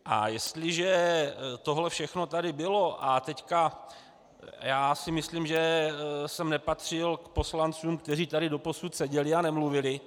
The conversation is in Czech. A jestliže toto všechno tady bylo, a teď si myslím, že jsem nepatřil k poslancům, kteří tady doposud seděli a nemluvili.